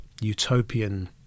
utopian